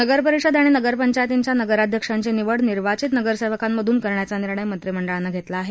नगरपरिषद आणि नगरपंचायतींच्या नगराध्यक्षांची निवड निर्वाचित नगरसेवकांमधून करण्याचा निर्णय मंत्रिमंडळानं घेतला आहे